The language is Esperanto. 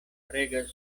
regas